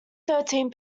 thirteen